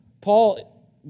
Paul